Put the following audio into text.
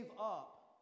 up